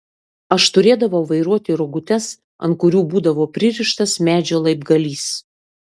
aš turėdavau vairuoti rogutes ant kurių būdavo pririštas medžio laibgalys